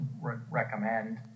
recommend